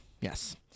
yes